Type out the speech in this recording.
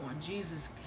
jesus